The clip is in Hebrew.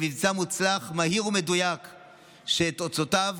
במבצע מוצלח, מהיר ומדויק, שאת תוצאותיו